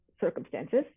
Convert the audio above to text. circumstances